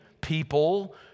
people